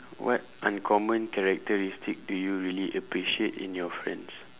what uncommon characteristic do you really appreciate in your friends